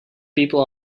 people